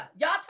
y'all